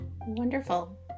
Wonderful